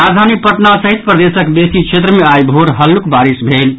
राजधानी पटना सहित प्रदेशक बेसी क्षेत्र मे आई भोर हल्लुक बारिश भेल अछि